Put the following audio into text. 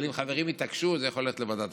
אבל אם חברים יתעקשו זה יכול להיות לוועדת הכנסת.